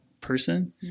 person